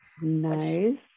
Nice